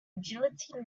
agility